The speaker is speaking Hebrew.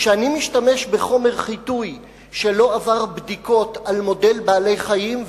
כשאני משתמש בחומר חיטוי שלא עבר בדיקות על מודל בעלי-חיים,